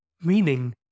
meaning